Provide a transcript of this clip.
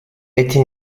эти